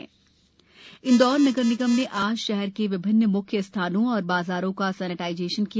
प्रदेश corona Indore नगर निगम ने आज शहर के विभिन्न मुख्य स्थानों और बाजारों का सेनिटाइजेशन किया